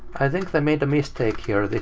i think they made a mistake here!